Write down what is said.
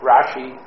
Rashi